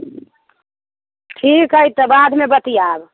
ठीक है तऽ बादमे बतियाएब